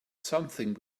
something